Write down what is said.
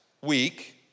week